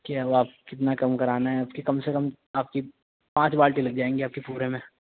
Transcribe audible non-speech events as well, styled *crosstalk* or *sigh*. *unintelligible* ہو آپ کتنا کم کرانا ہے آپ کی کم سے کم آپ کی پانچ بالٹی لگ جائیں گی آپ کے پورے میں